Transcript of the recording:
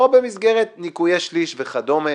או במסגרת ניכויי שליש וכדומה,